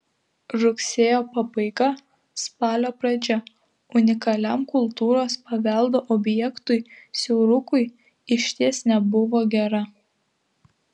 rugsėjo pabaiga spalio pradžia unikaliam kultūros paveldo objektui siaurukui išties nebuvo gera